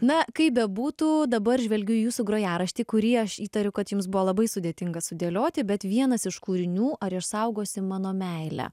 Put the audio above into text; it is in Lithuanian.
na kaip bebūtų dabar žvelgiu į jūsų grojaraštį kurį aš įtariu kad jums buvo labai sudėtinga sudėlioti bet vienas iš kūrinių ar išsaugosi mano meilę